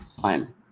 time